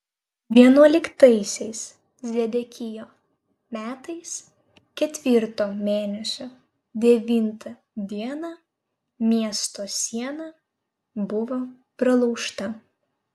vienuoliktaisiais zedekijo metais ketvirto mėnesio devintą dieną miesto siena buvo pralaužta